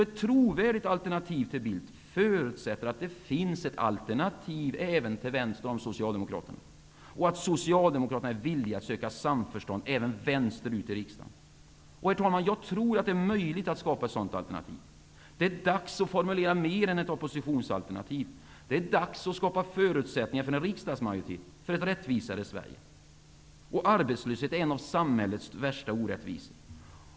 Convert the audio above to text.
Ett trovärdigt alternativ till Carl Bildt förutsätter alltså ett det finns ett alternativ även till vänster om Socialdemokraterna och att Socialdemokraterna är villiga att söka samförstånd även vänsterut i riksdagen. Herr talman! Jag tror att det är möjligt att skapa ett sådant alternativ. Det är dags att formulera mer än ett oppositionsalternativ. Det är dags att skapa förutsättningar för en riksdagsmajoritet, för ett rättvisare Sverige. Arbetslösheten är en av samhällets värsta orättvisor.